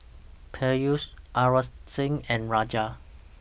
Peyush Aurangzeb and Raja